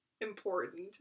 important